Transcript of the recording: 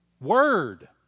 Word